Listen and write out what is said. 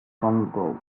congo